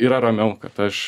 yra ramiau kad aš